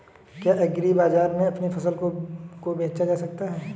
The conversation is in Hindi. क्या एग्रीबाजार में अपनी फसल को बेचा जा सकता है?